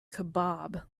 kebab